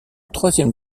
troisième